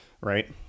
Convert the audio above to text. Right